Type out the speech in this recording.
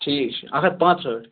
ٹھیٖک چھُ اَکھ ہتھ پانٛژہٲٹھ